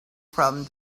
from